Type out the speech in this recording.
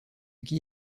qui